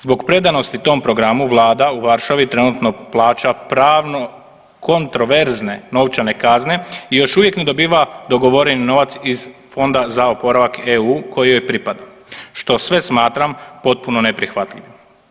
Zbog predanosti tom programu vlada u Varšavi trenutno plaća pravno kontroverzne novčane kazne i još uvijek ne dobiva dogovoreni novac iz Fonda za oporavak EU koji joj pripada što sve smatram potpuno neprihvatljivim.